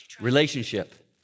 Relationship